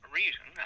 reason